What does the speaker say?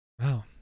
Wow